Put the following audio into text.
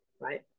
right